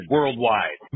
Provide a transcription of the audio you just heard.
Worldwide